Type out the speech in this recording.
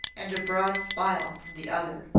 and a broad smile from the other,